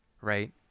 right